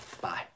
Bye